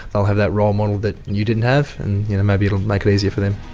they'll have that role model that you didn't have, and maybe it will make it easier for them.